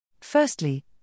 Firstly